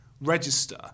register